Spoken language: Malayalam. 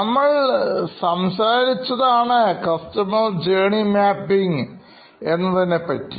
നമ്മൾ സംസാരിച്ചതാണ് കസ്റ്റമർ ജേർണി മാപ്പിംഗ് എന്നതിനെപ്പറ്റി